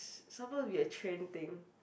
s~ supposed to be a trend thing